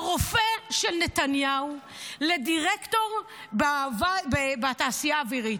הרופא של נתניהו, לדירקטור בתעשייה האווירית.